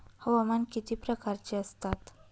हवामान किती प्रकारचे असतात?